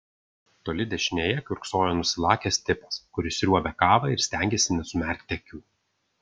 toli dešinėje kiurksojo nusilakęs tipas kuris sriuobė kavą ir stengėsi nesumerkti akių